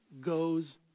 goes